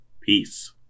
Peace